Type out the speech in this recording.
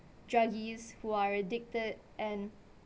druggies who are addicted and